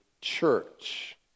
church